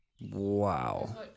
Wow